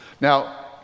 Now